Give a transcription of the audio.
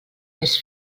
més